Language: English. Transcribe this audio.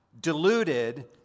deluded